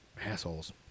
Assholes